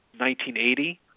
1980